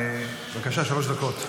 בבקשה, שלוש דקות לרשותך.